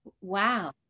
Wow